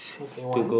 okay one